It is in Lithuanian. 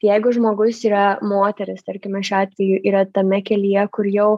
tai jeigu žmogus yra moteris tarkime šiuo atveju yra tame kelyje kur jau